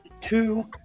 Two